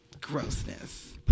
grossness